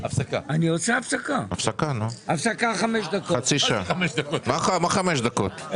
הישיבה ננעלה בשעה 12:00.